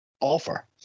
offer